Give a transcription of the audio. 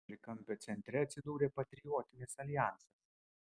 trikampio centre atsidūrė patriotinis aljansas